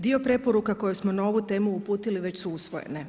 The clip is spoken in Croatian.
Dio preporuka koje smo na ovu temu uputili već su usvojene.